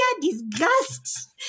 disgust